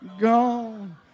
gone